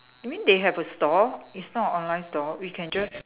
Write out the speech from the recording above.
you mean they have a store it's not online store you can just